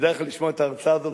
כדאי לך לשמוע את ההרצאה הזאת,